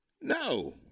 No